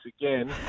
again